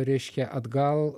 reiškia atgal